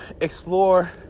explore